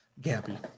Gabby